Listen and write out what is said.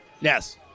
Yes